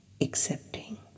accepting